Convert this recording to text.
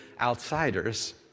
outsiders